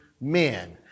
men